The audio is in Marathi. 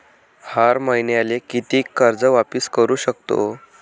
हर मईन्याले कितीक कर्ज वापिस करू सकतो?